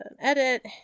edit